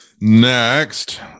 next